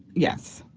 yes.